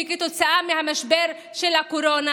וכתוצאה מהמשבר של הקורונה,